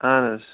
اَہَن حظ